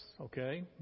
okay